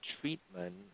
treatment